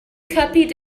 copied